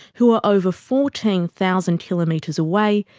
who are over fourteen thousand kilometres away,